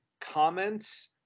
comments